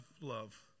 love